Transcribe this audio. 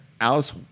Alice